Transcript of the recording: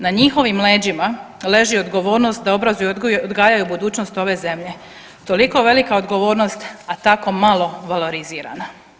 Na njihovim leđima leži odgovornost da obrazuju i odgajaju budućnost ove zemlje, toliko velika odgovornost, a tako malo valorizirano.